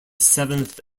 seventh